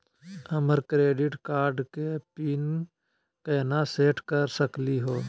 हमर credit card के PIN केना सेट कर सकली हे?